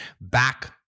back